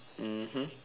mmhmm